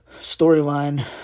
storyline